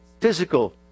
physical